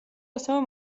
ასევე